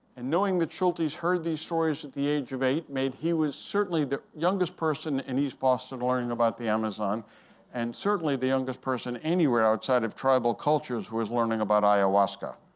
and knowing that schultes heard these stories at the age of eight meant he was certainly the youngest person in east boston learning about the amazon and certainly the youngest person anywhere outside of tribal cultures who was learning about ayahuasca.